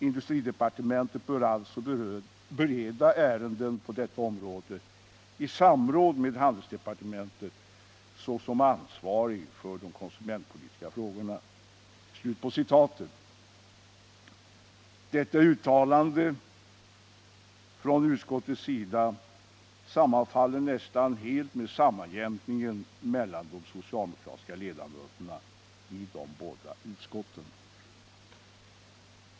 Industridepartementet bör alltså bereda ärenden på detta område i samråd med handelsdepartementet såsom ansvarigt för de konsumentpolitiska frågorna.” Detta uttalande från arbetsmarknadsutskottets sida sammanfaller nästan helt med sammanjämkningen mellan de socialdemokratiska ledamöterna i de båda utskotten. Herr talman!